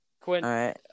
Quinn